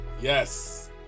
yes